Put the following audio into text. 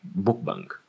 BookBank